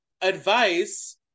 advice